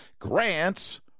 grant's